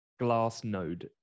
Glassnode